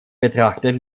betrachtet